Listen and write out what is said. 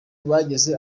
bageze